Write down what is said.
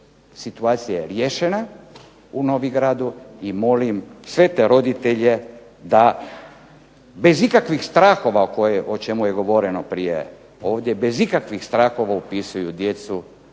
situacija je riješena u Novigradu i molim sve te roditelje da bez ikakvih strahova koje, o čemu je govoreno prije ovdje, bez ikakvih strahova upisuju djecu